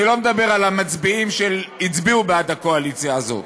אני לא מדבר על המצביעים שהצביעו בעד הקואליציה הזאת.